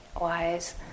wise